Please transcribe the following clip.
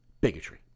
bigotry